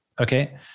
Okay